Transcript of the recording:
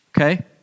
okay